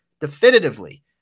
definitively